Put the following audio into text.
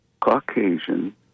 Caucasian